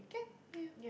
can yeah